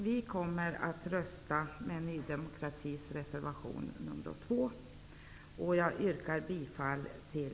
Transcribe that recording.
Vi kommer att rösta för Ny demokratis reservation nr 2, och jag yrkar bifall till